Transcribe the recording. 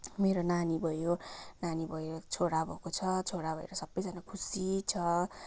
मेरो नानी भयो नानी भयो छोरा भएको छ छोरा भएर सबैजना खुसी छ